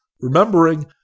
remembering